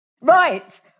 Right